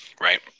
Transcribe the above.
Right